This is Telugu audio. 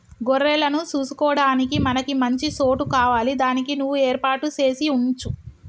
గొర్రెలను సూసుకొడానికి మనకి మంచి సోటు కావాలి దానికి నువ్వు ఏర్పాటు సేసి వుంచు